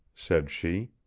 said she.